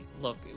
look